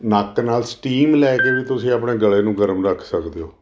ਨੱਕ ਨਾਲ ਸਟੀਮ ਲੈ ਕੇ ਵੀ ਤੁਸੀਂ ਆਪਣੇ ਗਲੇ ਨੂੰ ਗਰਮ ਰੱਖ ਸਕਦੇ ਹੋ